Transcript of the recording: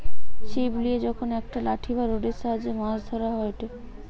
ছিপ লিয়ে যখন একটা লাঠি বা রোডের সাহায্যে মাছ ধরা হয়টে